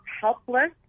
helpless